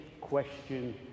question